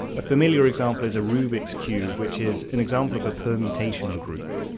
a familiar example is a rubik's cube which is an example of a permutation group.